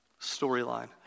storyline